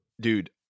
Dude